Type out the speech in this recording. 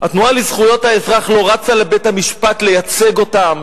התנועה לזכויות האזרח לא רצה לבית-המשפט לייצג אותם.